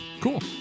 cool